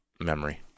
memory